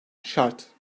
şart